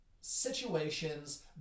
situations